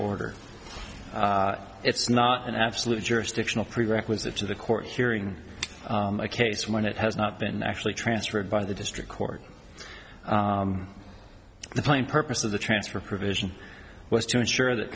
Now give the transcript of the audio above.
order it's not an absolute jurisdictional prerequisite to the court hearing a case when it has not been actually transferred by the district court the plain purpose of the transfer provision was to ensure that